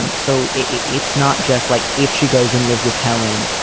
um so it's not just like if she goes and lives with helen,